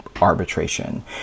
arbitration